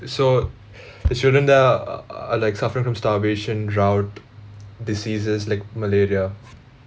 so the children there are are are like suffering from starvation drought diseases like malaria